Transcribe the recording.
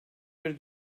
bir